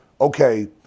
okay